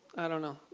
i don't know,